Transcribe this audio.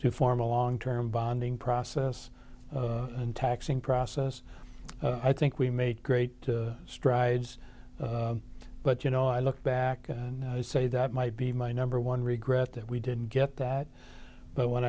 to form a long term bonding process and taxing process i think we made great strides but you know i look back and i say that might be my number one regret that we didn't get that but when